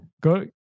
go